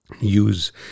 use